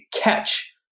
catch